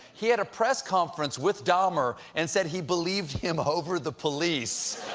he had a press conference with dahmer and said he believed him over the police.